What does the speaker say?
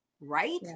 Right